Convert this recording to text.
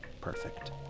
perfect